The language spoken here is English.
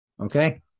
Okay